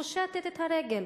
פושטת את הרגל.